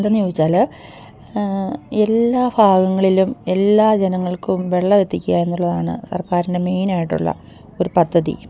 എന്താണെന്ന് ചോദിച്ചാല് എല്ലാ ഭാഗങ്ങളിലും എല്ലാ ജനങ്ങൾക്കും വെള്ളമെത്തിക്കുകയെന്നുള്ളതാണ് സർക്കാരിൻ്റെ മെയിനായിട്ടുള്ള ഒരു പദ്ധതി